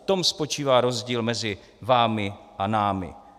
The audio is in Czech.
V tom spočívá rozdíl mezi vámi a námi.